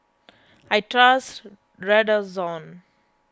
I trust Redoxon